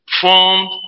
formed